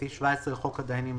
סעיף 17 לחוק הדיינים,